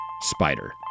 spider